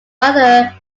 rather